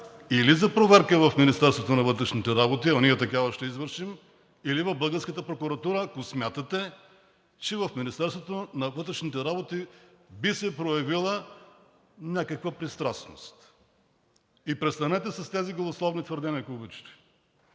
или за проверка в Министерството на вътрешните работи, а ние такава ще извършим, или в българската прокуратура, ако смятате, че в Министерството на вътрешните работи би се проявила някаква пристрастност. И престанете с тези голословни твърдения, ако обичате!